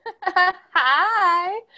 Hi